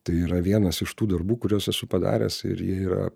tai yra vienas iš tų darbų kuriuos esu padaręs ir jie yra